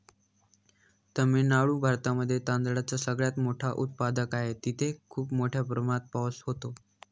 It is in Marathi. तामिळनाडू भारतामध्ये तांदळाचा सगळ्यात मोठा उत्पादक आहे, तिथे खूप मोठ्या प्रमाणात पाऊस होतो